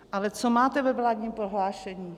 Ale co máte ve vládním prohlášení?